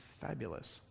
fabulous